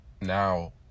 now